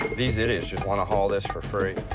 these idiots just want to haul this for free.